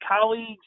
colleagues